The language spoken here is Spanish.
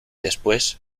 después